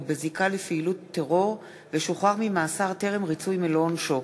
בזיקה לפעילות טרור ושוחרר ממאסר טרם ריצוי מלוא עונשו),